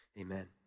amen